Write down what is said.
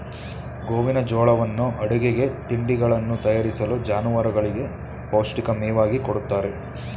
ಗೋವಿನಜೋಳವನ್ನು ಅಡುಗೆಗೆ, ತಿಂಡಿಗಳನ್ನು ತಯಾರಿಸಲು, ಜಾನುವಾರುಗಳಿಗೆ ಪೌಷ್ಟಿಕ ಮೇವಾಗಿ ಕೊಡುತ್ತಾರೆ